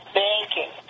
banking